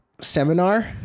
seminar